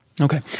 Okay